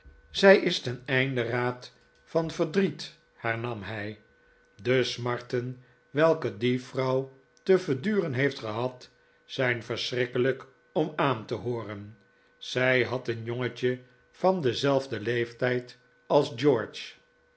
ze is ten einde raad van verdriet hernam hij de smarten welke die vrouw te verduren heeft gehad zijn verschrikkelijk om aan te hooren zij had een jongetje van denzelfden leeftijd als george